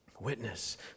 Witness